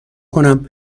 کنم